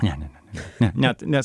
ne ne ne ne net nes